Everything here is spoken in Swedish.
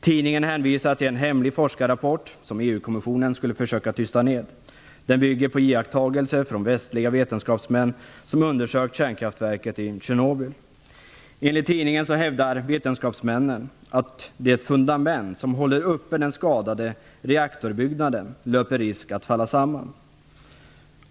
Tidningen hänvisar till en hemlig forskarrapport, som EU-kommissionen skulle försökt tysta ned. Den bygger på iakttagelser från västliga vetenskapsmän som undersökt kärnkraftverket i Tjernobyl. Enligt tidningen hävdar vetenskapsmännen att de fundament som håller uppe den skadade reaktorbyggnaden löper risk att falla samman.